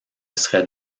serait